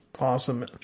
Awesome